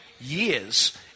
years